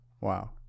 Wow